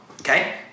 okay